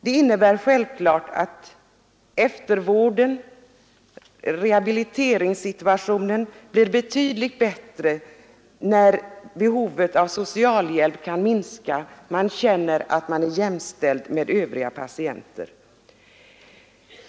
Det betyder självklart att efter vården rehabiliteringssituationen blir betydligt bättre när behovet av socialhjälp kan minska. Man känner att man är jämställd med övriga patienter.